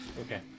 Okay